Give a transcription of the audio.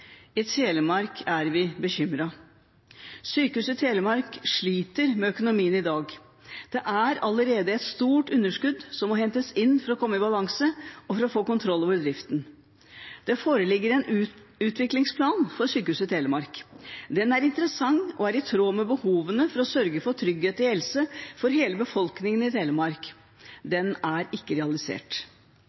Sykehuset Telemark. I Telemark er vi bekymret. Sykehuset Telemark sliter med økonomien i dag. Det er allerede et stort underskudd som må hentes inn for å komme i balanse, og for å få kontroll over driften. Det foreligger en utviklingsplan for Sykehuset Telemark. Den er interessant og er i tråd med behovene for å sørge for trygghet i helsetilbudet for hele befolkningen i Telemark. Den er ikke realisert.